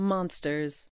Monsters